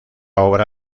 obra